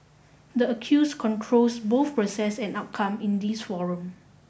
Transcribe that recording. the accused controls both process and outcome in this forum